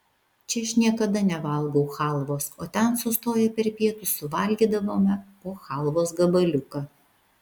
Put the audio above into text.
čia aš niekada nevalgau chalvos o ten sustoję per pietus suvalgydavome po chalvos gabaliuką